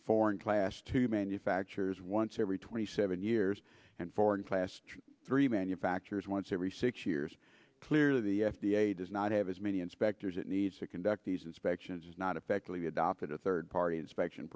for in class two manufactures once every twenty seven years and four in class three manufacturers once every six years clear the f d a does not have as many inspectors it needs to conduct these inspections is not effectively adopted a third party inspection